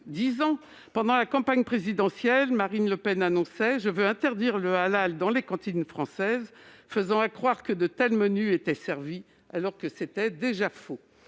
dix ans, pendant la campagne présidentielle, Marine Le Pen annonçait vouloir interdire le halal dans les cantines françaises, faisant accroire que de tels menus étaient servis ; c'était déjà faux.